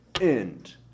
end